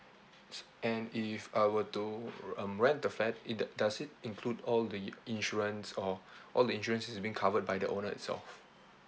s~ and if I were to um rent the flat it do~ does it include all the insurance or all the insurance is being covered by the owner itself